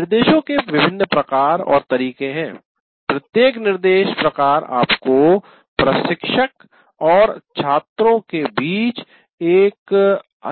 निर्देशों के विभिन्न प्रकार और तरीके है प्रत्येक निर्देश प्रकार आपको प्रशिक्षक और छात्रों के बीच एक